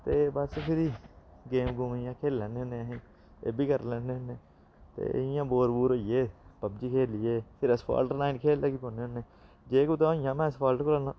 ते बस फिरी गेम गूमां इ'यां खेली लैन्ने होन्ने अस एह् बी करी लैन्ने होन्ने ते इ'यां बोर बोर होई गे पबजी खेलियै फिर फाल्ट नाइन खेलन लगी पौन्ने होन्ने जे कुतै होइयां में अस फाल्ट कोला ना